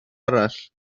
arall